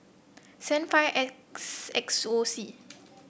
seven five S X X O C